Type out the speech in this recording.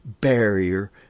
barrier